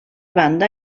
banda